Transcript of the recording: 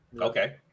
Okay